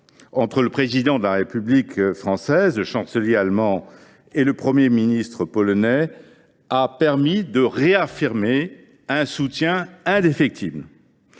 entre le Président de la République française, le chancelier allemand et le Premier ministre polonais a permis de réaffirmer un soutien indéfectible